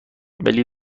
ولی